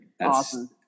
Awesome